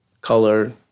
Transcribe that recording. color